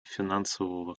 финансового